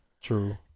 True